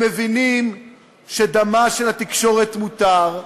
הם מבינים שדמה של התקשורת מותר.